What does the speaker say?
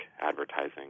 advertising